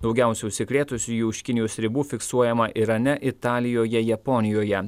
daugiausia užsikrėtusiųjų už kinijos ribų fiksuojama irane italijoje japonijoje